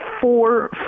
four